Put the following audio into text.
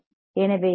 எனவே எஃப்